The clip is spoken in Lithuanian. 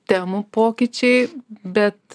temų pokyčiai bet